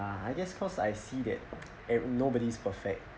ah I guess cause I see that e~ nobody is perfect